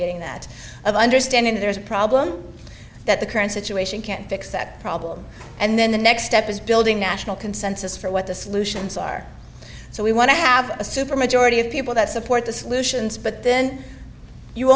getting that of understanding there's a problem that the current situation can't fix that problem and then the next step is building national consensus for what the solutions are so we want to have a super majority of people that support the solutions but then you